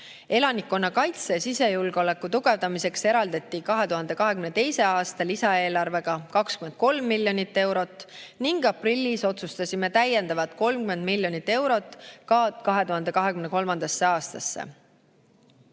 Elanikkonnakaitse ja sisejulgeoleku tugevdamiseks eraldati 2022. aasta lisaeelarvega 23 miljonit eurot ning aprillis otsustasime [eraldada] täiendavad 30 miljonit eurot ka 2023. aastaks.